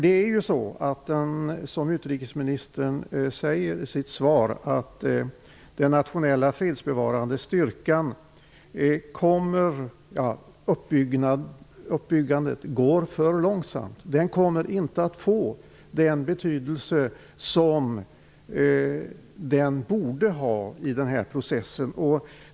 Det är som utrikesministern säger i sitt svar: uppbyggandet av den nationella fredsbevarande styrkan går för långsamt. Den kommer inte att få den betydelse som den borde ha i denna process.